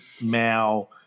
Mao